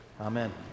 Amen